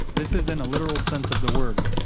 this is in a literal sense of the word.